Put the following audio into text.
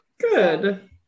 Good